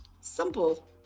simple